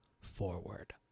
forward